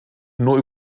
nur